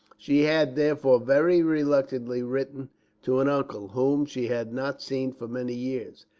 she had, therefore, very reluctantly written to an uncle, whom she had not seen for many years,